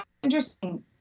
Interesting